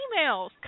emails